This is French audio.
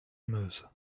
meuse